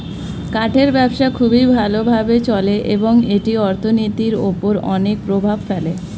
কাঠের ব্যবসা খুবই ভালো ভাবে চলে এবং এটি অর্থনীতির উপর অনেক প্রভাব ফেলে